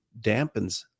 dampens